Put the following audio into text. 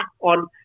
on